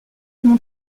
mon